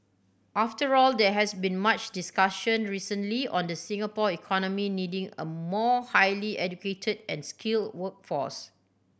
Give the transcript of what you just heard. after all there has been much discussion recently on the Singapore economy needing a more highly educated and skill workforce